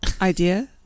idea